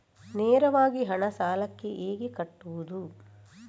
ನೇರವಾಗಿ ಹಣ ಸಾಲಕ್ಕೆ ಹೇಗೆ ಕಟ್ಟುವುದು?